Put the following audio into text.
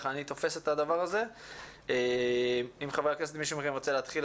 חבר הכנסת מאיר כהן, בבקשה.